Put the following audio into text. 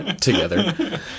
Together